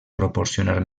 proporcionar